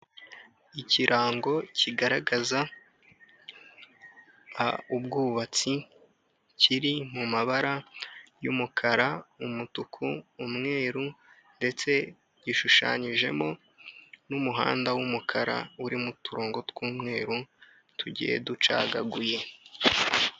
Ikirango kigaragaza ubwubatsi ,kiri mu mabara y'umukara ,umutuku, umweru ndetse gishushanyijemo n'umuhanda w'umukara, uri mu turongongo tw'umweru tugiye ducagaguye.